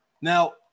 Now